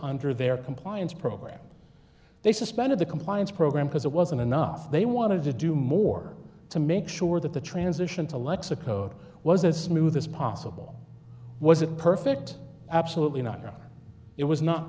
their compliance program and they suspended the compliance program because it wasn't enough they wanted to do more to make sure that the transition to lexa code was as smooth as possible wasn't perfect absolutely not no it was not